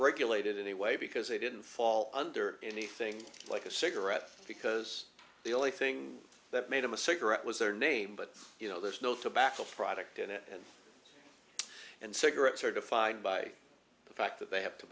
regulated anyway because they didn't fall under anything like a cigarette because the only thing that made him a cigarette was their name but you know there's no tobacco product in it and cigarettes are defined by the fact that they have to